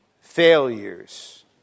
failures